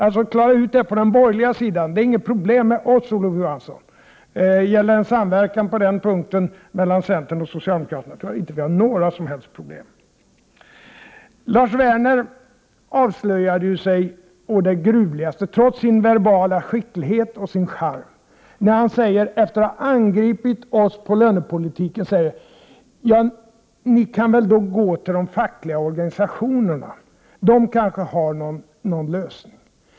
Ni får klara ut detta på den borgerliga sidan. Med oss är det inga problem, Olof Johansson. När det gäller en samverkan på den punkten mellan centern och socialdemokraterna tror jag inte att det finns några som helst problem. Lars Werner avslöjade sig å det gruvligaste trots sin verbala skicklighet och sin charm när han, efter att ha angripit oss i fråga om lönepolitiken, sade: Ni kan väl gå till de fackliga organisationerna, de kanske har någon lösning.